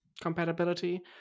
compatibility